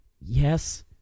yes